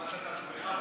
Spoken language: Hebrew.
שמעת את עצמך,